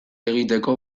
egiteko